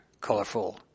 colorful